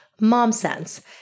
momsense